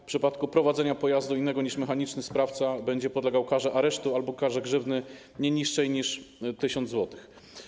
W przypadku prowadzenia pojazdu innego niż mechaniczny sprawca będzie podlegał karze aresztu albo karze grzywny nie niższej niż 1000 zł.